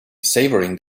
savouring